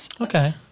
Okay